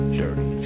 dirty